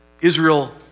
Israel